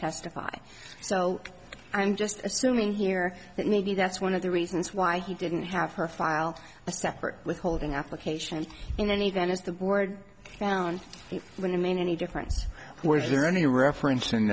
testify so i'm just assuming here that maybe that's one of the reasons why he didn't have her file a separate withholding application in any event as the board found remain any difference were there any referenc